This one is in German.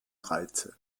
reize